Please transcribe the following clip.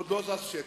עוד לא זז שקל.